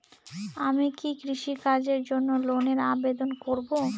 আমি কি কৃষিকাজের জন্য লোনের আবেদন করব?